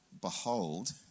behold